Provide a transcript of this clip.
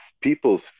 people's